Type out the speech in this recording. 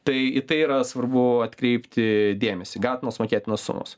tai į tai yra svarbu atkreipti dėmesį gautinos mokėtinos sumos